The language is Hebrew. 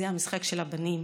זה המשחק של הבנים.